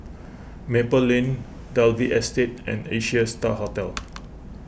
Maple Lane Dalvey Estate and Asia Star Hotel